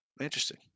Interesting